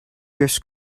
drifts